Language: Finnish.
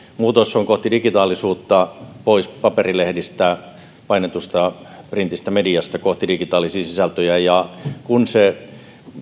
muutos on kohti digitaalisuutta pois paperilehdistä ja painetusta mediasta kohti digitaalisia sisältöjä kun se